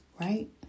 right